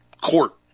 court